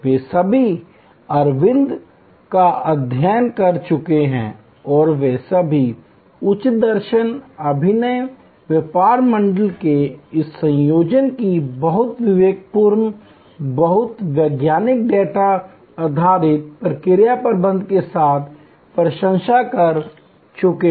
वे सभी अरविंद का अध्ययन कर चुके हैं और वे सभी उच्च दर्शन अभिनव व्यापार मॉडल के इस संयोजन की बहुत विवेकपूर्ण बहुत वैज्ञानिक डेटा आधारित प्रक्रिया प्रबंधन के साथ प्रशंसा कर चुके हैं